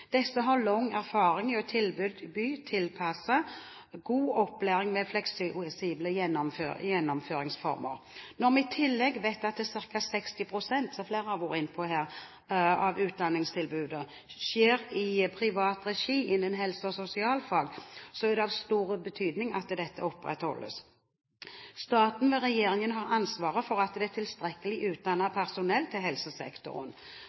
Disse har lang erfaring i å tilby tilpasset god opplæring med fleksible gjennomføringsformer. Når vi i tillegg vet at ca. 60 pst., som flere har vært inne på, av utdanningstilbudene skjer i privat regi innen helse- og sosialfag, er det av stor betydning at tilbudene opprettholdes. Staten, ved regjeringen, har ansvaret for at det er tilstrekkelig utdannet personell til helsesektoren.